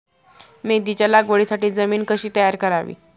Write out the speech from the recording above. मेथीच्या लागवडीसाठी जमीन कशी तयार करावी?